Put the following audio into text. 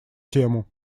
тему